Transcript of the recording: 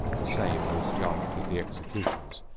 the same who was charged with the executions,